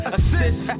Assist